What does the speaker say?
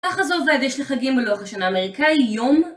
ככה זה עובד, יש לי חגים בלוח השנה האמריקאי יום.